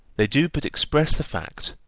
they do but express the fact,